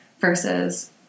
versus